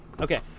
Okay